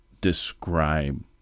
describe